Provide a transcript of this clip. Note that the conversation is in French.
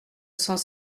cent